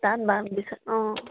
তাত অঁ